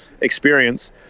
experience